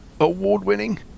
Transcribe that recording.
award-winning